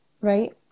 Right